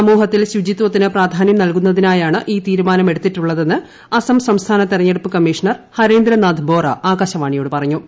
സമൂഹത്തിൽ ശുചിത്വത്തിന് പ്രാധാന്യം നൽകുന്നതിനായാണ് ഈ തീരുമാനമെടുത്തിട്ടുള്ളതെന്ന് അസ്സം സംസ്ഥാന തെരഞ്ഞെടുപ്പ് കമ്മീഷണർ ഹരേന്ദ്രനാഥ് ബോറ ആകാശവാണിയോട് പറഞ്ഞു